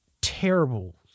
terrible